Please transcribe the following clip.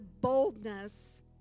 boldness